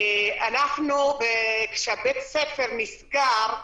כשבית הספר נסגר,